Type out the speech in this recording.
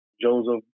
Joseph